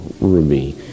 Ruby